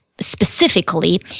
Specifically